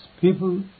people